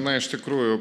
na iš tikrųjų